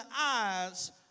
eyes